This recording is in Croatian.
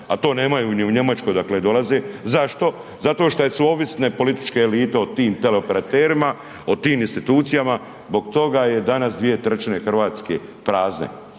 a to nemaju ni u Njemačkoj odakle dolaze. Zašto? Zato što su ovisne političke elite o tim teleoperaterima, o tim institucijama, zbog toga je danas 2/3 Hrvatske prazne.